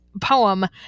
poem